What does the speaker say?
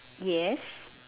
yes